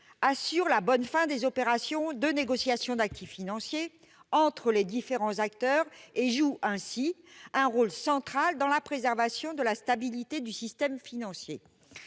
assurent la bonne fin des opérations de négociation d'actifs financiers entre les différents acteurs et jouent ainsi un rôle central dans la préservation de la stabilité du système financier.